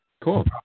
cool